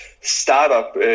startup